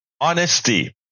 Honesty